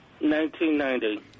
1990